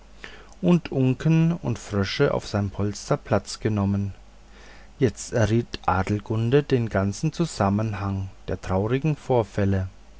und unken und frösche auf seinen polstern platz genommen jetzt erriet adelgunde den ganzen zusammenhang der traurigen vorfälle